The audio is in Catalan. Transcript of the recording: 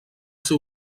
ser